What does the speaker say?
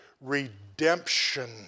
redemption